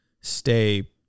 stay